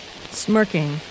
Smirking